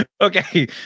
Okay